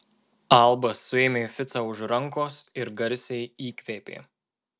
alba suėmė ficą už rankos ir garsiai įkvėpė